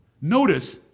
Notice